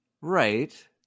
right